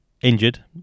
injured